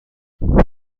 برای